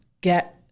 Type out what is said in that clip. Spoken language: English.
get